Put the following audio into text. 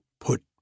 put